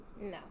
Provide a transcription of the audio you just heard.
No